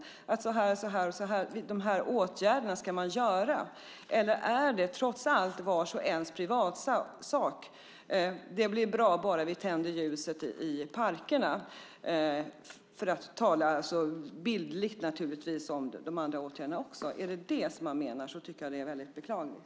Har man namngett konkreta åtgärder, eller ser man det trots allt som vars och ens privatsak - som om det blir bra bara man tänder ljus i parkerna, för att tala bildligt om de andra åtgärderna. Är det detta man menar är det väldigt beklagligt.